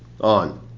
on